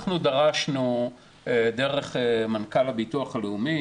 אנחנו דרשנו דרך מנכ"ל הביטוח הלאומי,